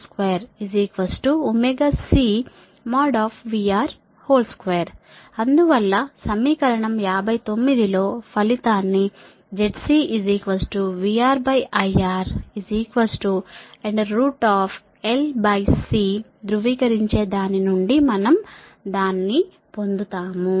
కాబట్టి LIR2 CVR2 అందువల్ల సమీకరణం 59 లో ఫలితాన్ని ZCVRIRLC ధృవీకరించే దాని నుండి మనం దాన్ని పొందుతాము